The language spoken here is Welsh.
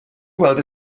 weld